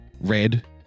red